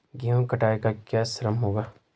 गेहूँ की कटाई का क्या श्रम होगा?